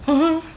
!huh!